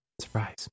surprise